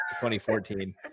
2014